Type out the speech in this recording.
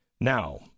Now